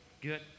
good